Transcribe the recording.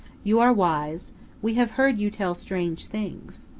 you are wise we have heard you tell strange things.